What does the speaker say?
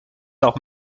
auch